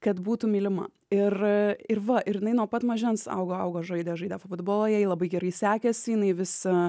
kad būtų mylima ir ir va ir jinai nuo pat mažens augo augo žaidė žaidė futbolą jai labai gerai sekėsi jinai vis